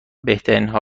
بهترینا